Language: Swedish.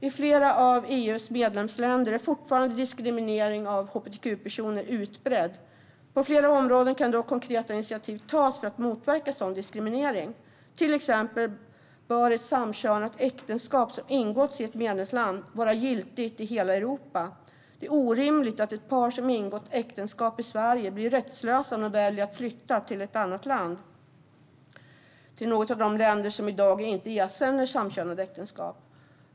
I flera av EU:s medlemsländer är diskrimineringen av hbtq-personer fortfarande utbredd. På flera områden kan dock konkreta initiativ tas för att motverka sådan diskriminering. Till exempel bör ett samkönat äktenskap som ingåtts i ett medlemsland vara giltigt i hela Europa. Det är orimligt att ett par som ingått äktenskap i Sverige blir rättslösa om de väljer att flytta till något av de länder som i dag inte erkänner samkönade äktenskap.